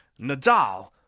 Nadal